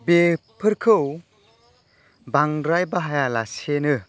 बेफोरखौ बांद्राय बाहायालासेनो